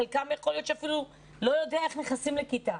יכול להיות שחלקם אפילו לא יודע איך נכנסים לכיתה.